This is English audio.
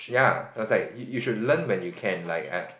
ya I was like you should learn when you can like uh